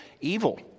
evil